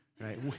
right